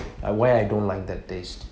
aware I don't like the taste